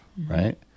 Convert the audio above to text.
right